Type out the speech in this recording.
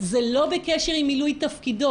וזה מבחן הגלישה, תבינו.